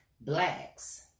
Blacks